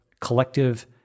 collective